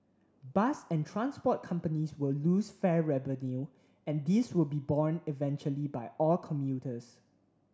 bus and transport companies will lose fare revenue and this will be borne eventually by all commuters